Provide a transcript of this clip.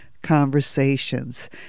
conversations